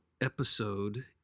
episode